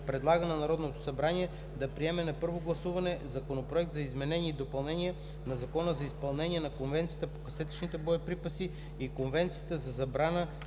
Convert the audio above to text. предлага на Народното събрание да приеме на първо гласуване Законопроект за изменение и допълнение на Закона за изпълнение на Конвенцията по касетъчните боеприпаси и Конвенцията за забраната